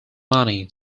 money